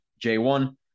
J1